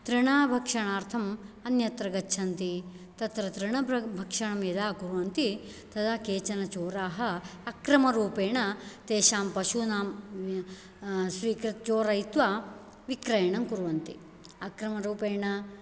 तृणाभक्षणार्थम् अन्यत्र गच्छन्ति तत्र तृणभक्षणं यदा कुर्वन्ति तदा केचन चोराः अक्रमरूपेण तेषां पशूनां स्वीकृच्चोरयित्वा विक्रयणं कुर्वन्ति अक्रमरूपेण